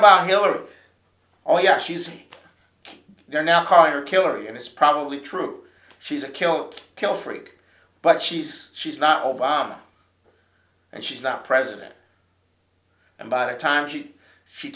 about miller oh yes she's there now calling her killer and it's probably true she's a kilt kill freak but she's she's not obama and she's not president and by the time she she